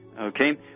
Okay